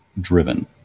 driven